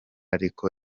ariko